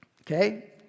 Okay